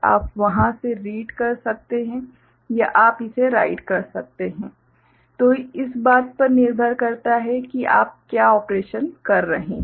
आप वहां से रीड कर सकते हैं या आप इसे राइट कर सकते हैं जो इस बात पर निर्भर करता है कि आप क्या ऑपरेशन कर रहे हैं